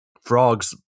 Frogs